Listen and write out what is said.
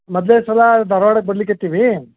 ಮೊದಲ್ನೇ ಸಲ ಧಾರ್ವಾಡಕ್ಕೆ ಬರ್ಲಿಕ್ಕೆ ಹತ್ತೀವಿ